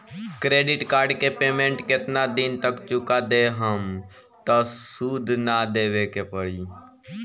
Credit card के payment केतना दिन तक चुका देहम त सूद ना देवे के पड़ी?